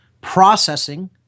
Processing